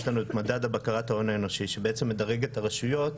יש לנו את מדד בקרת ההון האנושי שבעצם מדרג את הרשויות